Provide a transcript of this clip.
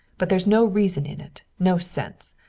but there's no reason in it, no sense.